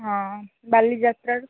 ହଁ ବାଲି ଯାତ୍ରାରୁ